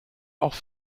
auch